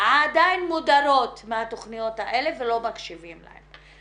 עדיין מודרות מהתכניות האלה ולא מקשיבים להן,